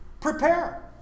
Prepare